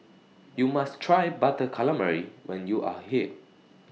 YOU must Try Butter Calamari when YOU Are here